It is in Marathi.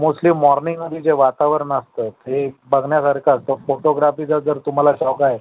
मोस्टली मॉर्निंगमध्ये जे वातावरण असतं ते बघण्यासारखं असतं फोटोग्राफीचा जर तुम्हाला शौक आहे